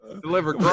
Deliver